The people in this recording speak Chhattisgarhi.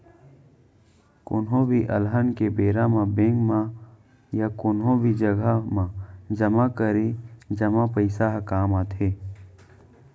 कोनो भी अलहन के बेरा म बेंक म या कोनो भी जघा म जमा करे जमा पइसा ह काम आथे